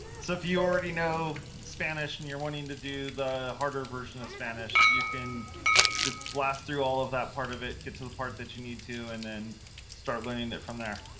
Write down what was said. so if you already know spanish and you're wanting to do the harder version of spanish, you can just blast through all of that part of it, get to the part that you need to, and then start learning that from there.